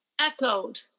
echoed